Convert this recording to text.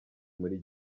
muri